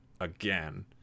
again